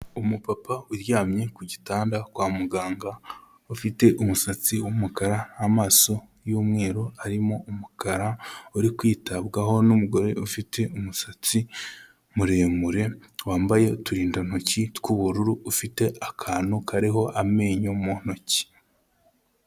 Umupapa uryamye ku gitanda kwa muganga, ufite umusatsi w'umukara, amaso y'umweru arimo umukara, uri kwitabwaho n'umugore ufite umusatsi muremure wambaye uturindantoki tw'ubururu, ufite akantu kariho amenyo mu ntoki.